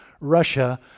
Russia